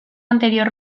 anterior